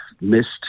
missed